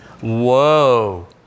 Whoa